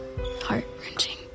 heart-wrenching